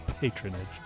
Patronage